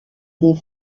des